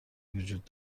وجود